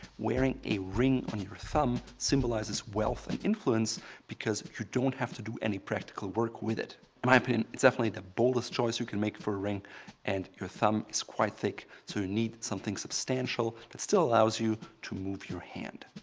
wearing a ring on your thumb symbolizes wealth and influence because you don't have to do any practical work with it. in my opinion, it's definitely the boldest choice you can make for a ring and your thumb is quite thick so you need something substantial that still allows you to move your hand.